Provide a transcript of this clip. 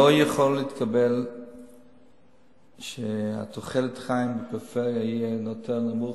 לא יכול להתקבל שתוחלת החיים בפריפריה היא יותר נמוכה,